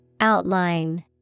Outline